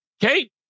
Kate